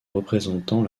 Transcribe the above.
représentant